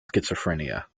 schizophrenia